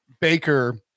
Baker